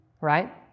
Right